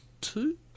two